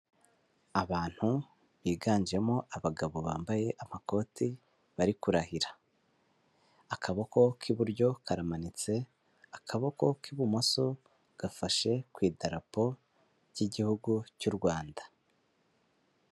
Abantu biganjemo abagabo bambaye amakote bari kurahira, akaboko k'iburyo karamanitse, akaboko k'ibumoso gafashe ku itarapo ry'igihugu cy'u Rwanda.